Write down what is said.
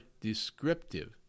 descriptive